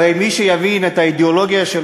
הרי מי שיבין את האידיאולוגיה של